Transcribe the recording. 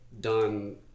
done